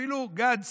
אפילו גנץ,